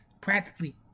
practically